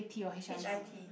H I T